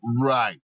Right